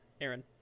aaron